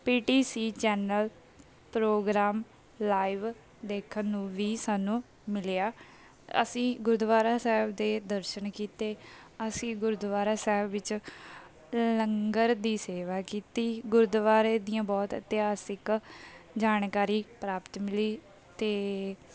PTC channel programme live ਦੇਖਣ ਨੂੰ ਵੀ ਸਾਨੂੰ ਮਿਲਿਆ ਅਸੀਂ ਗੁਰਦੁਆਰਾ ਸਾਹਿਬ ਦੇ ਦਰਸ਼ਨ ਕੀਤੇ ਅਸੀਂ ਗੁਰਦੁਆਰਾ ਸਾਹਿਬ ਵਿੱਚ ਲੰਗਰ ਦੀ ਸੇਵਾ ਕੀਤੀ ਗੁਰਦੁਆਰੇ ਦੀਆਂ ਬਹੁਤ ਇਤਿਹਾਸਿਕ ਜਾਣਕਾਰੀ ਪ੍ਰਾਪਤ ਮਿਲੀ ਅਤੇ